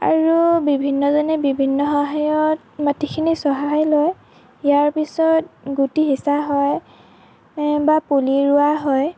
আৰু বিভিন্নজনে বিভিন্ন সহায়ত মাটিখিনি চহাই লয় ইয়াৰ পিছত গুটি সিঁচা হয় বা পুলি ৰোৱা হয়